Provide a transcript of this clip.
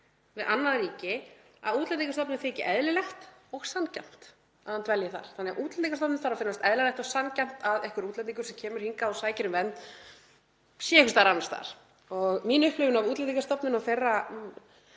við annað ríki að Útlendingastofnun þyki eðlilegt og sanngjarnt að hann dvelji þar …“ Þannig að Útlendingastofnun þarf að finnast eðlilegt og sanngjarnt að einhver útlendingur sem kemur hingað og sækir um vernd sé einhvers staðar annars staðar en hér. Mín upplifun af Útlendingastofnun og þeirra